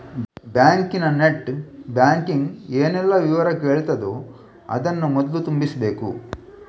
ಬ್ಯಾಂಕಿನ net banking ಏನೆಲ್ಲ ವಿವರ ಕೇಳ್ತದೋ ಅದನ್ನ ಮೊದ್ಲು ತುಂಬಿಸ್ಬೇಕು